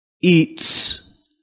eats